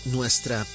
Nuestra